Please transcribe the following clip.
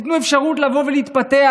תיתנו אפשרות לבוא ולהתפתח,